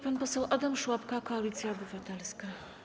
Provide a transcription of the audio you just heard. Pan poseł Adam Szłapka, Koalicja Obywatelska.